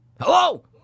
hello